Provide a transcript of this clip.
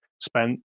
spent